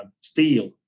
steel